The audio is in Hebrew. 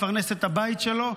לפרנס את הבית שלו,